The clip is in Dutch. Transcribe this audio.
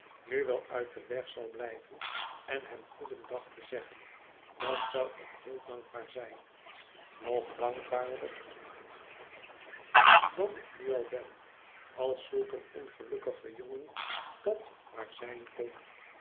nu wel uit den weg zal blijven en hem goedendag te zeggen dan zou ik heel dankbaar zijn nog dankbaarder dan ik nu al ben als zulk een ongelukkige jongen dat maar zijn kon